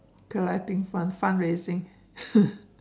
collecting fund fund raising